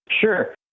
Sure